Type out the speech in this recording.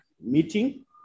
meeting